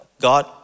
God